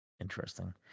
Interesting